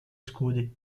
scudi